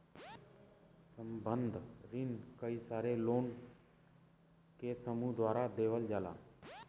संबंद्ध रिन कई सारे लोग के समूह द्वारा देवल जाला